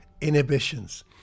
inhibitions